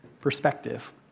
Perspective